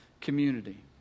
community